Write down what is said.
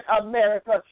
America